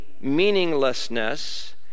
meaninglessness